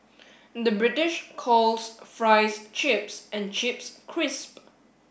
the British calls fries chips and chips crisp